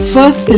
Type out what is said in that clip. First